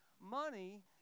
money